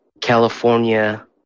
California